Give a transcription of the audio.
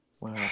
Wow